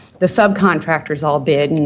the subcontractors all bid, and